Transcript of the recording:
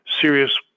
serious